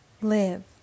live